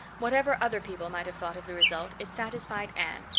whatever other people might have thought of the result it satisfied anne,